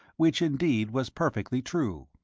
which indeed was perfectly true.